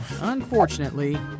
Unfortunately